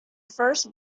first